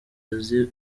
azi